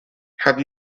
have